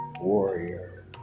warrior